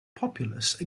populace